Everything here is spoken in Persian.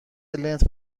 لنت